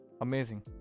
Amazing